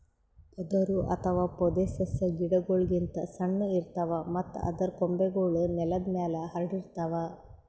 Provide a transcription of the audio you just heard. ಪೊದರು ಅಥವಾ ಪೊದೆಸಸ್ಯಾ ಗಿಡಗೋಳ್ ಗಿಂತ್ ಸಣ್ಣು ಇರ್ತವ್ ಮತ್ತ್ ಅದರ್ ಕೊಂಬೆಗೂಳ್ ನೆಲದ್ ಮ್ಯಾಲ್ ಹರ್ಡಿರ್ತವ್